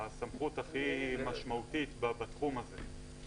הסמכות הכי משמעותית בתחום הזה.